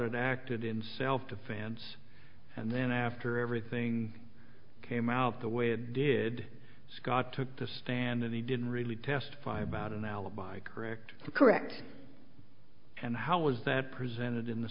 acted in self defense and then after everything came out the way it did scott took the stand and he didn't really testify about an alibi correct correct and how was that presented in the